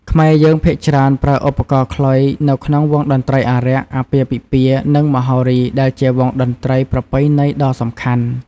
ខ្មែរយើងភាគច្រើនប្រើឧបករណ៍ខ្លុយនៅក្នុងវង់តន្ត្រីអារក្ស អាពាហ៍ពិពាហ៍ និងមហោរីដែលជាវង់តន្ត្រីប្រពៃណីដ៏សំខាន់។